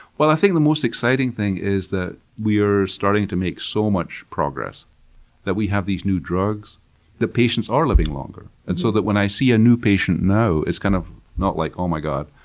well, i think the most exciting thing is that we're starting to make so much progress that we have these new drugs that patients are living longer. and so, that when i see a new patient now, it's kind of not, like oh, my god,